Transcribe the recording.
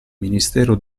ministero